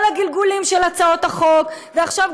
כל הגלגולים של הצעות החוק,